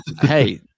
Hey